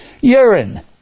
urine